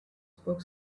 spoke